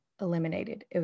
eliminated